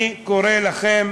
אני קורא לכם